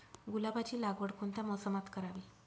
गुलाबाची लागवड कोणत्या मोसमात करावी?